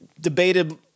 debated